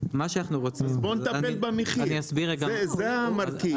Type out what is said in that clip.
אז בוא נטפל במחיר, זה המרכיב.